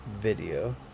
video